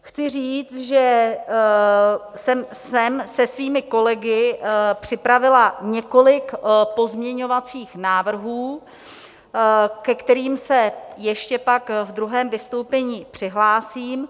Chci říct, že jsem se svými kolegy připravila několik pozměňovacích návrhů, ke kterým se ještě pak ve druhém vystoupení přihlásím.